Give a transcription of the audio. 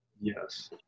Yes